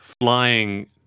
flying